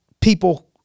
people